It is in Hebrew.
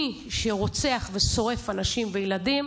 מי שרוצח ושורף אנשים וילדים,